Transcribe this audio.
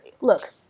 look